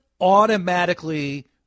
automatically